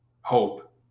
hope